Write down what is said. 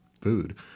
food